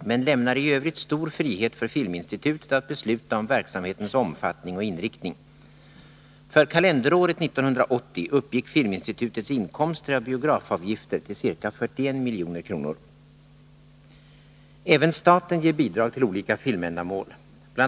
men lämnar i övrigt stor frihet för Filminstitutet att besluta om verksamhetens omfattning och inriktning. För kalenderåret 1980 uppgick Filminstitutets inkomster av biografavgifter till ca 41 milj.kr. Även staten ger bidrag till olika filmändamål. Bl.